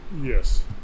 Yes